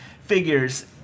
figures